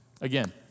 again